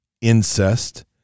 incest